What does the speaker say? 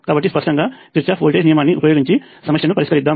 కాబట్టి స్పష్టంగా Kirchhoff's voltage నియమాన్ని ఉపయోగించి సమస్యను పరిష్కరిద్దాం